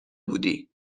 بودی